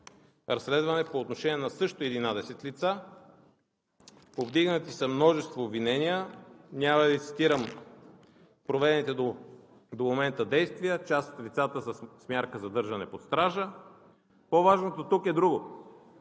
разследване по отношение на също единадесет лица. Повдигнати са множество обвинения. Няма да Ви цитирам проведените до момента действия – част от лицата са с мярка „задържане под стража“. По-важното тук е друго,